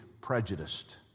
prejudiced